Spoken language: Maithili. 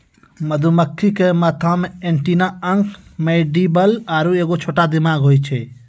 मधुमक्खी के माथा मे एंटीना अंक मैंडीबल आरु एगो छोटा दिमाग होय छै